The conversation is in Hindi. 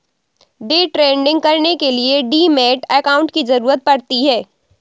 डे ट्रेडिंग करने के लिए डीमैट अकांउट की जरूरत पड़ती है